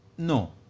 No